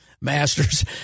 Masters